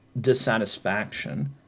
dissatisfaction